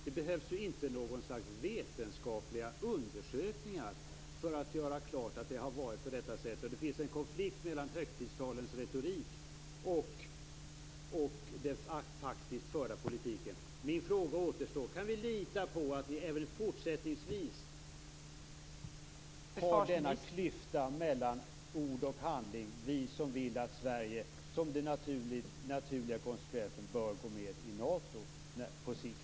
Det behövs inga vetenskapliga undersökningar för att göra klart att det har varit på detta sätt och att det finns en konflikt mellan högtidstalens retorik och den förda politiken. Min fråga återstår: Kan vi som vill att Sverige som den naturliga konsekvensen på sikt gå med i Nato lita på att det även fortsättningsvis kommer att finnas en klyfta mellan ord och handling?